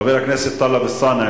חבר הכנסת טלב אלסאנע,